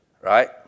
right